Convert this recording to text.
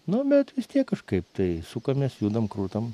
nu bet vis tiek kažkaip tai sukamės judam krutam